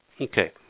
Okay